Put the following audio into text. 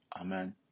Amen